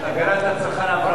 הגנת הצרכן עברה.